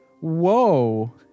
Whoa